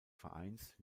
vereins